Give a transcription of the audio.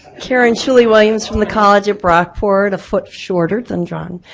karen shelly williams from the college at brockport, a foot shorter than john.